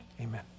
Amen